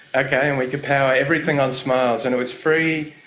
okay, and we could power everything on smiles, and it was free,